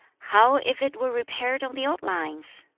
how if it were repaired on the old lines?